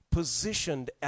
Positioned